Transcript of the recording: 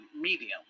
Medium